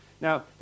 Now